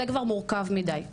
זה כבר מורכב מידי כנראה.